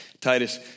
Titus